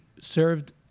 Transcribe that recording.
served